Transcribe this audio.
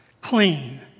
clean